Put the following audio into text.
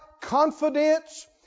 confidence